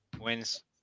wins